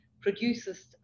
produces